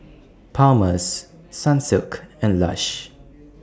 Palmer's Sunsilk and Lush